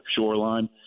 shoreline